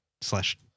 slash